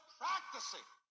practicing